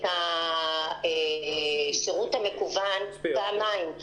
השירות המקוון פעמיים,